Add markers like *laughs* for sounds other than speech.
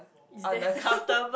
is there *laughs*